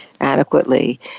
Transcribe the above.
adequately